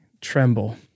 tremble